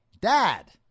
dad